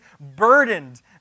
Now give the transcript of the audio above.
burdened